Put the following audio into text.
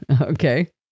okay